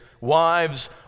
Wives